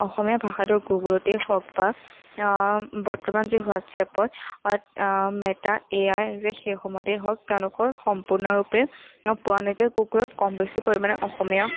অসমীয়া ভাষাটো গুগলতেই হওক বা বৰ্তমান যি হোৱাটছএপত মেটা এ আই যে সেইসমূহতেই হওক তেওঁলোকৰ সম্পূৰ্ণৰূপে পোৱা নাযাই গুগলত কম বেছি পৰিমাণে অসমীয়া